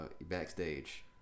backstage